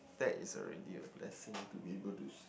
that is already a blessing to be able to see